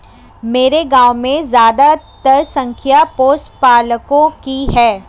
मेरे गांव में ज्यादातर संख्या पशुपालकों की है